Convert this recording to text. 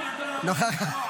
נוכחת.